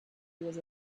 was